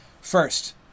First